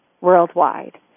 worldwide